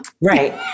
Right